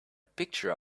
picture